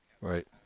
right